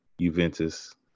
Juventus